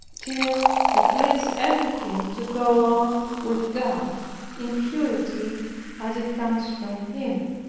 till it leaves everything to go on with god in purity as it comes from him.